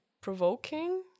provoking